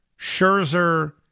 Scherzer